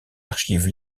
archives